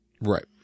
Right